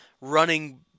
running